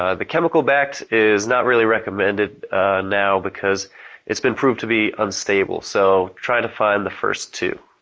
ah the chemical-backed is not really recommended now because it's been proven to be unstable, so try to find the first two.